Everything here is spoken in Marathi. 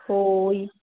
होय